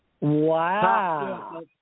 Wow